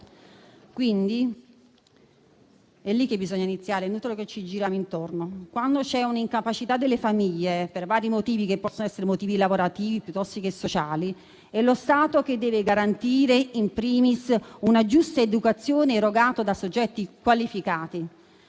base. È lì che bisogna iniziare, è inutile girarci intorno. Quando c'è un'incapacità delle famiglie, per motivi che possono essere lavorativi o sociali, è lo Stato che deve garantire *in primis* una giusta educazione erogata da soggetti qualificati.